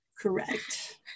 Correct